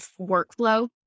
workflow